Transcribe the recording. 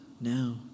now